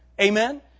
Amen